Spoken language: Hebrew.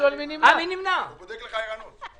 יש לו הצעה.